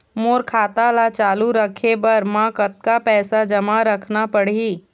मोर खाता ला चालू रखे बर म कतका पैसा जमा रखना पड़ही?